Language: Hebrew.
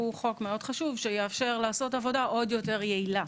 הוא חוק מאוד חשוב שיאפשר לעשות עבודה עוד יותר יעילה.